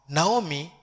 Naomi